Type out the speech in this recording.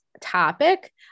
topic